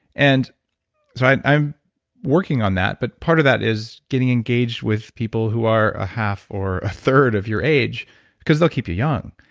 and so, and i'm working on that, but part of that is getting engaged with people who are a half or third of your age because they'll keep you young.